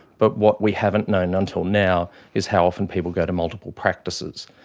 but what we haven't known until now is how often people go to multiple practices,